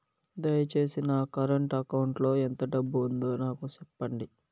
దయచేసి నా current account లో ఎంత డబ్బు ఉందో నాకు సెప్పండి